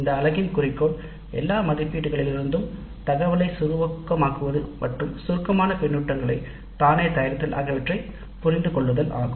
இந்த பகுதியின் குறிக்கோள் " அனைத்து மதிப்பீடுகளிலிருந்தும் தரவைச் சுருக்கமாகக் கூறுதல் மற்றும் சுயமாக சுருக்கத்தைத் தயாரித்தல் ஆகியவற்றைப் புரிந்து கொள்ளுதல் ஆகும்